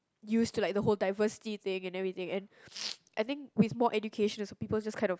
used to like the whole diversity thing and everything and I think with more education also people just kind of